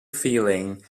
feeling